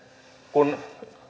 kun